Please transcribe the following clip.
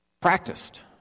practiced